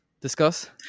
discuss